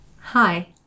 Hi